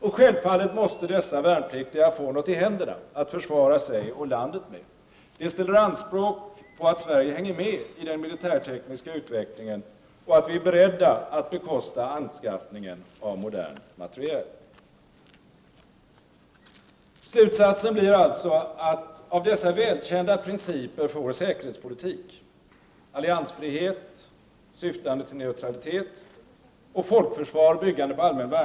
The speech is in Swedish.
Och självfallet måste dessa värnpliktiga få något i händerna att försvara sig och landet med. Det ställer anspråk på att Sverige hänger med i den militärtekniska utvecklingen och att vi är beredda att bekosta anskaffningen av modern materiel. Slutsatsen blir alltså att av dessa välkända principer för vår säkerhetspoli tik — alliansfrihet syftande till neutralitet och folkförsvar byggande på allmän = Prot.